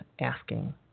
asking